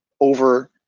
over